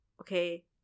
Okay